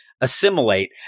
Assimilate